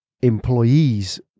employee's